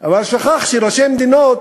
אבל הוא שכח שראשי מדינות